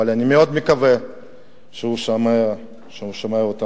אבל אני מקווה מאוד שהוא שומע אותנו.